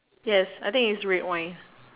yes I think is red wine